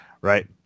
Right